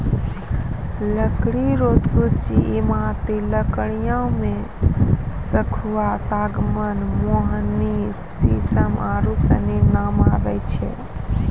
लकड़ी रो सूची ईमारती लकड़ियो मे सखूआ, सागमान, मोहगनी, सिसम आरू सनी नाम आबै छै